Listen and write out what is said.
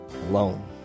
alone